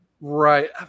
Right